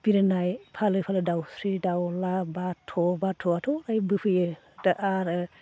बिरनाय फालो फालो दाउस्रि दाउला बाथ' बा बाथ'आथ' फ्रायनो फैयो दा आरो